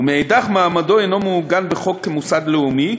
ומצד שני מעמדו אינו מעוגן בחוק כמוסד לאומי,